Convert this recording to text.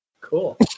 Cool